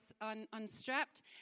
Unstrapped